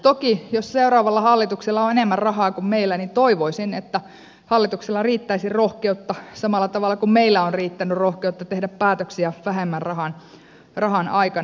toki jos seuraavalla hallituksella on enemmän rahaa kuin meillä toivoisin että hallituksella riittäisi roh keutta samalla tavalla kuin meillä on riittänyt rohkeutta tehdä päätöksiä vähemmän rahan aikana